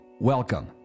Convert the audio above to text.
Welcome